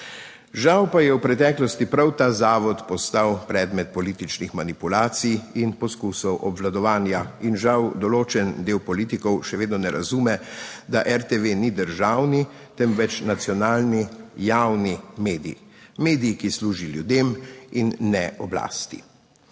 Žal pa je v preteklosti prav ta zavod postal predmet političnih manipulacij in poskusov obvladovanja in žal določen del politikov še vedno ne razume, da RTV ni državni, temveč nacionalni javni medij, medij, ki služi ljudem in ne oblasti.